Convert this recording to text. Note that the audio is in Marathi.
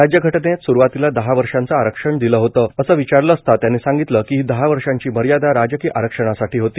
राज्यघटनेत स्रुवातीला दहा वर्षेच आरक्षण दिलं होतं असं विचारलं असता त्यांनी सांगितलं की ही दहा वर्षांची मर्यादा राजकीय आरक्षणासाठी होती